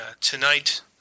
tonight